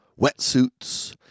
wetsuits